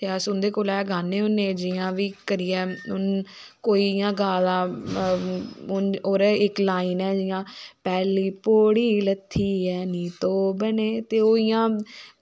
ते अस उन्दे कोला गै गाने होने जियां बी करियै कोई इयां गा दा ओह्दी इक लाईन ऐ जियां पैह्ली पौड़ी लत्थी ऐ नी धोबने ते ओह इयां